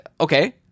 Okay